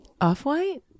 off-white